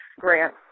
grant